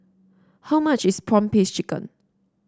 how much is prawn paste chicken